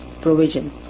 provision